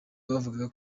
bavugaga